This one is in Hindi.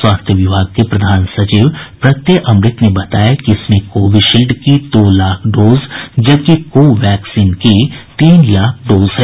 स्वास्थ्य विभाग के प्रधान सचिव प्रत्यय अमृत ने बताया कि इसमें कोविशील्ड की दो लाख डोज जबकि को वैक्सीन की तीन लाख डोज है